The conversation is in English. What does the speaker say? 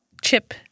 chip